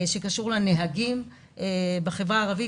שקשור לנהגים בחברה הערבית,